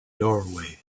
doorway